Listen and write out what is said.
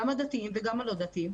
גם הדתיים וגם הלא דתיים,